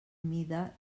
mida